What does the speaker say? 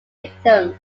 victims